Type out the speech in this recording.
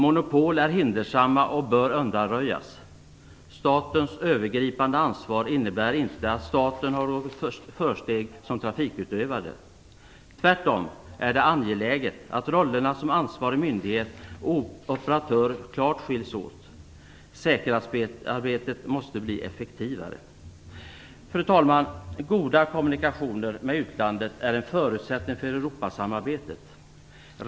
Monopol är hindersamma och bör undanröjas. Statens övergripande ansvar innebär inte att staten har något försteg som trafikutövare. Tvärtom är det angeläget att rollerna som ansvarig myndighet och operatör klart skiljs åt. Säkerhetsarbetet måste bli effektivare. Fru talman! Goda kommunikationer med utlandet är en förutsättning för Europasamarbetet.